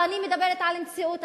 ואני מדברת על מציאות,